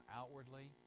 outwardly